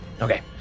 Okay